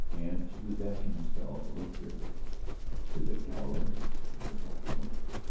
and she was asking herself, a little fearfully is it galloway or is it rod norton?